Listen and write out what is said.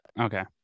Okay